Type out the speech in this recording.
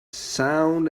sound